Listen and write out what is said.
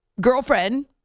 girlfriend